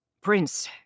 Prince